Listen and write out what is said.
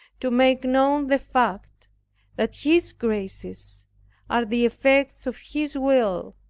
to make known the fact that his graces are the effects of his will,